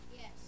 Yes